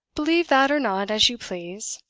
believe that or not, as you please.